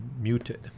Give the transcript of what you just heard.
muted